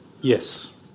Yes